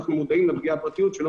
אנחנו מודעים לפגיעה בפרטיות שהיא לא